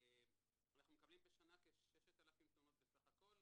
אנחנו מקבלים בשנה כ-6,000 תלונות בסך הכול,